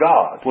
God